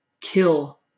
kill